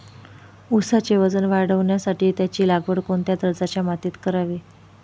ऊसाचे वजन वाढवण्यासाठी त्याची लागवड कोणत्या दर्जाच्या मातीत करावी?